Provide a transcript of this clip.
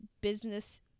business